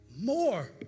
More